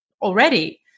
already